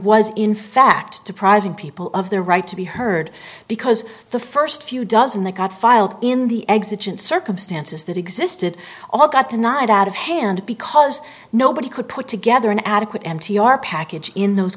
was in fact depriving people of their right to be heard because the first few dozen that got filed in the exits in circumstances that existed all got denied out of hand because nobody could put together an adequate m t r package in those